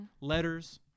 letters